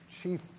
chief